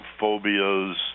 phobias